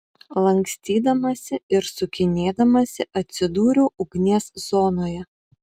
lankstydamasi ir sukinėdamasi atsidūriau ugnies zonoje